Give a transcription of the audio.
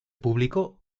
publicó